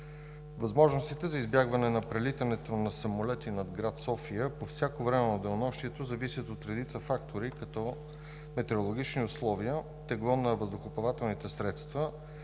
възможностите за избягване на прелитането на самолети над град София по всяко време на денонощието зависят от редица фактори като метеорологични условия, тегло на въздухоплавателните средства,